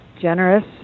generous